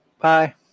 Bye